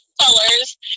colors